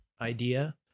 idea